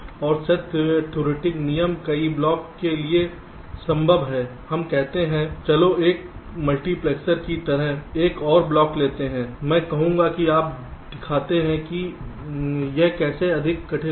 और set theoretic नियम कई ब्लॉक के लिए संभव हैं हम कहते हैं चलो एक मल्टीप्लेक्सर की तरह एक और ब्लॉक लेते हैं मैं कहूंगा कि आप दिखाते हैं कि यह कैसे अधिक कठिन है